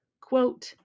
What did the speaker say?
quote